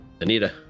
Anita